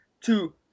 two